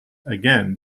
again